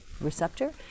receptor